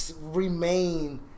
remain